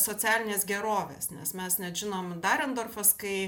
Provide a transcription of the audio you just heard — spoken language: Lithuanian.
socialinės gerovės nes mes net žinom darendorfas kai